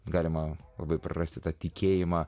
galima labai prarasti tą tikėjimą